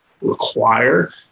require